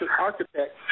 architect